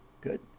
good